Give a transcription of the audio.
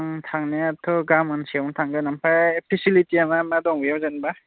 आं थांनायाथ' गाबोनसोआवनो थांगोन ओमफ्राय फेसिलिटिया मा मा दं बेयाव जेनैबा